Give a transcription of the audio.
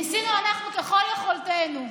ניסינו אנחנו, ככל יכולתנו.